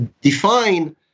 define